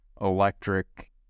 electric